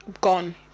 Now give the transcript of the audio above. Gone